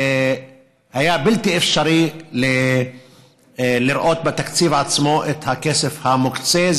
היה בלתי אפשרי לראות בתקציב עצמו את הכסף המוקצה.